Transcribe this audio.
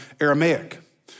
Aramaic